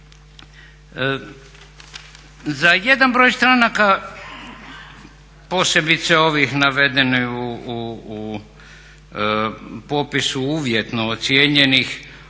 Za jedan broj stranaka posebice ovih navedene u popisu uvjetno ocijenjenih,